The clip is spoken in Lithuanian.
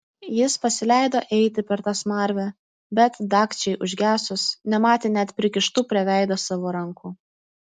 jis pasileido eiti per tą smarvę bet dagčiai užgesus nematė net prikištų prie veido savo rankų